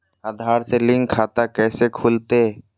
आधार से लिंक खाता कैसे खुलते?